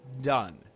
done